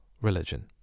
religion